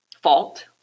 fault